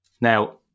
Now